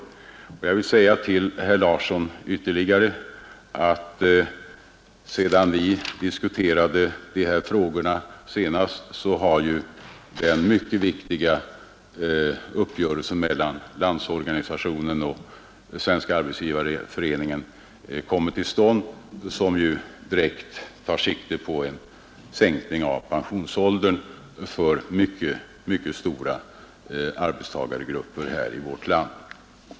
Jag vill vidare säga till herr Larsson att sedan vi diskuterade de här frågorna senast har ju den mycket viktiga uppgörelsen mellan Landsorganisationen och Svenska arbetsgivareföreningen kommit till stånd, som direkt tar sikte på en sänkning av pensionsåldern för mycket stora arbetstagargrupper i vårt land.